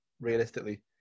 realistically